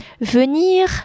venir